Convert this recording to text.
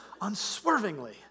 unswervingly